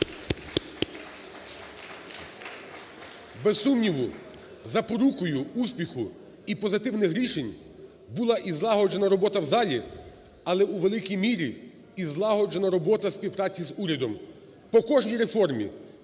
Без сумніву, запорукою успіху і позитивних рішень була і злагоджена робота в залі, але у великій мірі і злагоджена робота співпраці з урядом, по кожній реформі